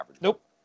Nope